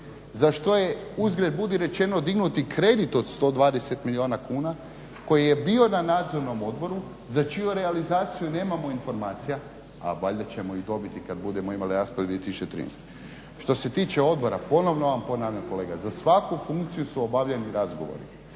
za što je uzgred budi rečeno dignut i kredite od 120 milijuna kuna koji je bio na nadzornom odboru za čiju realizaciju nemamo informacija a valjda ćemo ih dobiti kada budemo imali raspored 2013. Što se tiče odbora, ponovno vam ponavljam kolega, za svaku funkciju su obavljeni razgovori.